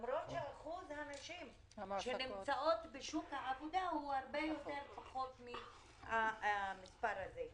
למרות שאחוז הנשים שנמצאות בשוק העבודה הוא הרבה פחות מהמספר הזה.